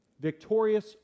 Victorious